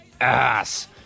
ass